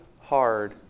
hard